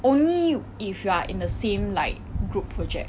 only if you are in the same like group project